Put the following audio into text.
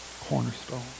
Cornerstone